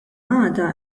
għada